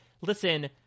Listen